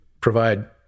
provide